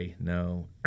no